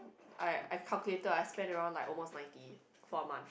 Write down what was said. I I calculated I spend around like almost ninety for a month